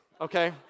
okay